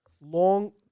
long